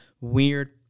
weird